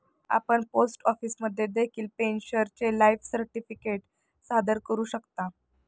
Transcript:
आपण पोस्ट ऑफिसमध्ये देखील पेन्शनरचे लाईफ सर्टिफिकेट सादर करू शकता